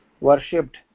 worshipped